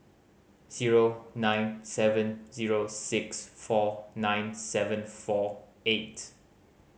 zero nine seven zero six four nine seven four eight